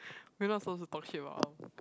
we are not supposed to talk shit about our